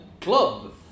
club